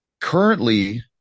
Currently